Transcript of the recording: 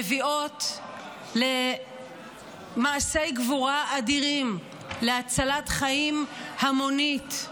מביאות למעשי גבורה אדירים, להצלת חיים המונית.